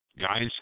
Guys